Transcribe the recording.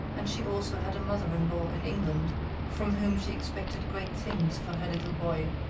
and she also had a mother-in-law in england from whom she expected great things for her little boy.